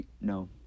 No